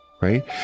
Right